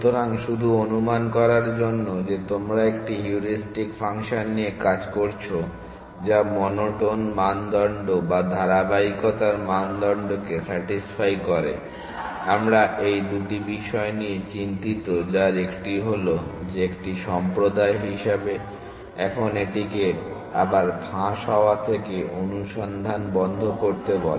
সুতরাং শুধু অনুমান করার জন্য যে তোমরা একটি হিউরিস্টিক ফাংশন নিয়ে কাজ করছো যা মনোটোন মানদণ্ড বা ধারাবাহিকতার মানদণ্ডকে স্যাটিসফাই করে আমরা এই দুটি বিষয় নিয়ে চিন্তিত যার একটি হলো যে একটি সম্প্রদায় হিসাবে এখন এটিকে আবার ফাঁস হওয়া থেকে অনুসন্ধান বন্ধ করতে বলে